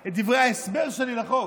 תשמע, קודם כול, תיקח את דברי ההסבר שלי לחוק.